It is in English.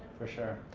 for sure.